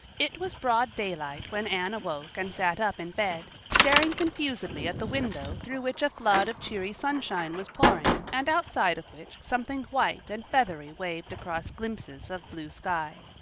it was broad daylight when anne awoke and sat up in bed, staring confusedly at the window through which a flood of cheery sunshine was pouring and outside of which something white and feathery waved across glimpses of blue sky.